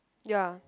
ya